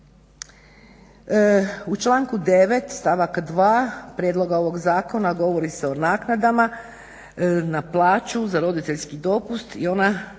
U članku 9. Stavak 2. prijedloga ovoga zakona govori se o naknadama na plaću za roditeljski dopust i ona